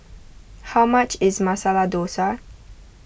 how much is Masala Dosa